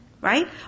right